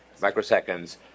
Microseconds